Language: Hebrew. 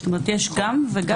זאת אומרת, יש גם וגם.